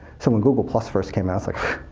so when google first came out,